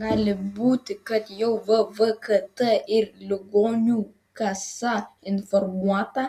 gali būti kad jau vvkt ir ligonių kasa informuota